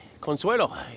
Consuelo